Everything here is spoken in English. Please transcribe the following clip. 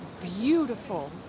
beautiful